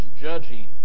judging